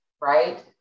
right